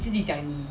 对